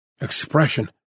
Expression